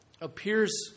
appears